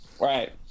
right